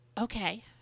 Okay